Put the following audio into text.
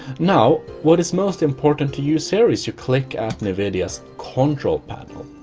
now what is most important to you series you click at and nvidia control panel?